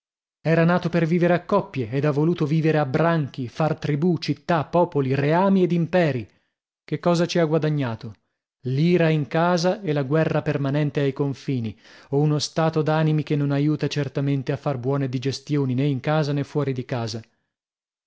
era nato per vivere a coppie ed ha voluto vivere a branchi far tribù città popoli reami ed imperi che cosa ci ha guadagnato l'ira in casa e la guerra permanente ai confini o uno stato d'animi che non aiuta certamente a far buone digestioni nè in casa nè fuori di casa